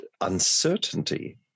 uncertainty